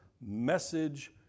message